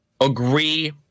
agree